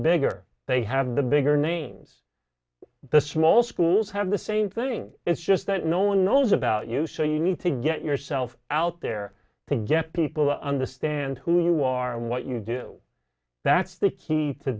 bigger they have the bigger names the small schools have the same thing it's just that no one knows about you so you need to get yourself out there to get people to understand who you are what you do that's the key to